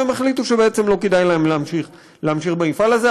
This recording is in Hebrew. והם החליטו שלא כדאי להם להמשיך במפעל הזה,